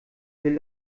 will